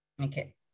okay